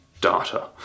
Data